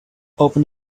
open